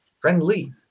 Friendly